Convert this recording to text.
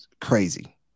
Crazy